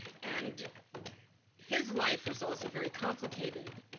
and his life was also very complicated.